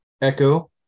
Echo